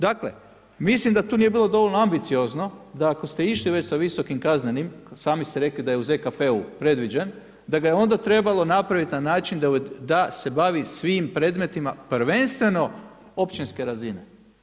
Dakle, mislim da to nije bilo dovoljno ambiciozno, da ako ste išli već sa visokim kaznenim, sami ste rekli da je u ZKP-u predviđen, da ga je onda trebalo napraviti na način, da se bavi svim predmetima prvenstveno općinske razine.